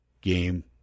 game